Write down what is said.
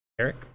Eric